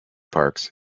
parks